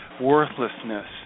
worthlessness